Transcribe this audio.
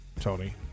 Tony